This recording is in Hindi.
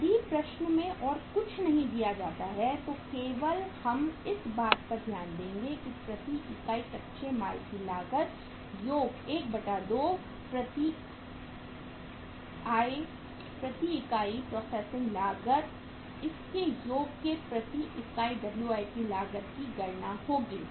यदि प्रश्न में और कुछ नहीं दिया जाता है तो केवल हम इस बात पर ध्यान देंगे कि प्रति इकाई कच्चे माल की लागत योग एक बटा दो प्रतीक आए प्रोसेसिंग लागत इनके योग से प्रति इकाई WIP लागत की गणना होगी